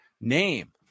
name